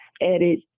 edit